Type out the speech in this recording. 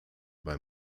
bei